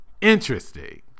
Interesting